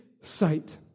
sight